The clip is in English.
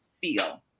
feel